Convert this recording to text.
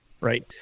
Right